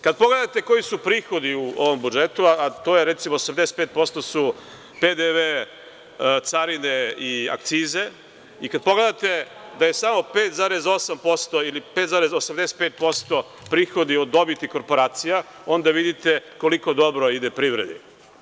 Kada pogledate koji su prihodi u ovom budžetu, a to je recimo, 75% je PDV, carina i akcize, kada pogledate da je samo 5,8% ili 5,85% prihodi od dobiti korporacija, onda vidite koliko dobro ide privredi.